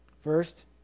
First